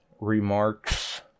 remarks